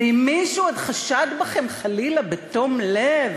ואם מישהו חשד בכם חלילה בתום לב,